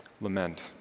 lament